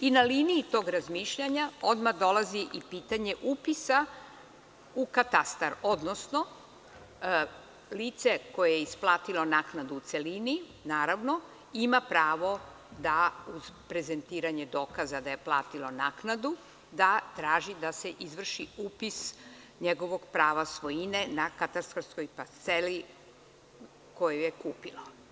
Na liniji tog razmišljanja odmah dolazi i pitanje upisa u katastar, odnosno lice koje je isplatilo naknadu u celini, naravno, ima pravo, uz prezentiranje dokaza da je platio naknadu, da traži da se izvrši upis njegovog prava svojine na katastarskoj parceli koju je kupio.